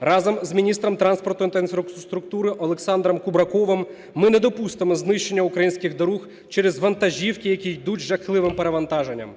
Разом з міністром транспорту та інфраструктури Олександром Кубраковим ми не допустимо знищення українських доріг через вантажівки, які йдуть з жахливим перевантаженням.